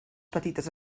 petites